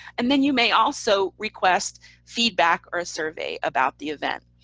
and then you may also request feedback or a survey about the event,